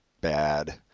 bad